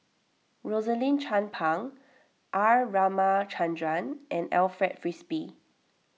Rosaline Chan Pang R Ramachandran and Alfred Frisby